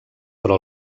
però